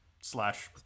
slash